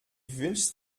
wünscht